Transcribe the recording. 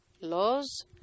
laws